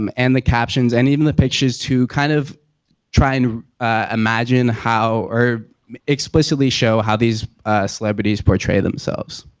um and the captions and even the pictures to kind of try and imagine how, or explicitly show how these celebrities portray themselves.